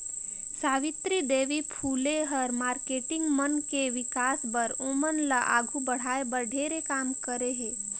सावित्री देवी फूले ह मारकेटिंग मन के विकास बर, ओमन ल आघू बढ़ाये बर ढेरे काम करे हे